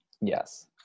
Yes